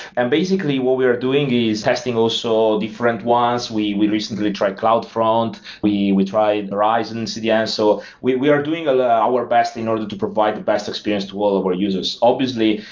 and basically, what we're doing is testing also different ones. we we recently tried cloudfront. we we tried horizon cdn. so we we are doing our best in order to provide the best experience to all of our users. obviously,